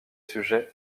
sujet